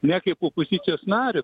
ne kaip opozicijos nario